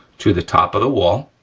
to the top of the wall,